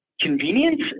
convenience